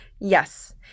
yes